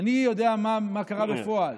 אני יודע מה קרה בפועל,